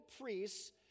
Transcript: priests